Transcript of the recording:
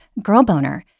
girlboner